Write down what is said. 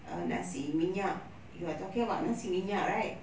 err nasi minyak you are talking about nasi minyak right